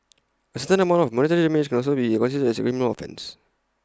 A certain amount of monetary damage also be constituted as A criminal offence